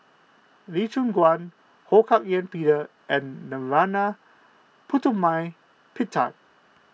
Lee Choon Guan Ho Hak Ean Peter and Narana Putumaippittan